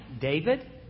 David